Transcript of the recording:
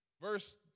verse